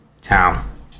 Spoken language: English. town